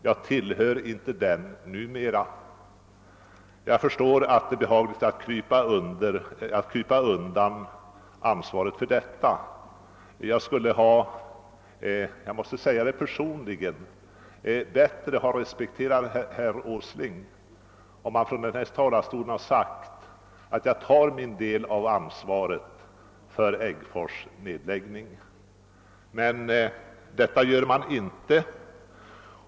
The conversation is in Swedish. Jag tillhör inte den numera.» Jag förstår att det kan vara frestande att krypa undan ansvaret, men jag skulle personligen ha respekterat herr Åsling mera om han från denna talarstol hade sagt: »Jag tar min del av ansvaret för nedläggningen av = Äggfors-fabriken.> Men detta gör han inte.